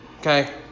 Okay